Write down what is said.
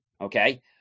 Okay